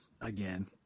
again